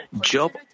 Job